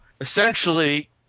essentially